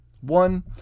One